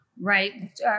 right